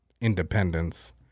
independence